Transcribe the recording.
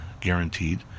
guaranteed